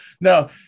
No